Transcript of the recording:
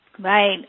Right